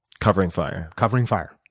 covering fire. covering fire.